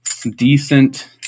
decent